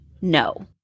no